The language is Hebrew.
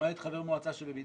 למעט חבר מועצה בבידוד.